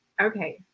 okay